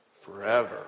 forever